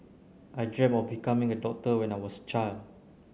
I dreamt of becoming a doctor when I was child